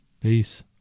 Peace